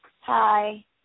Hi